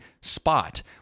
spot